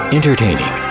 Entertaining